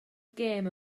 gêm